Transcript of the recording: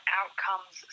outcomes